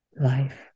life